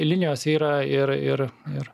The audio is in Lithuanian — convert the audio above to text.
linijos yra ir ir ir